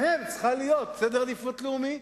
בהם צריך להיות סדר עדיפות לאומי,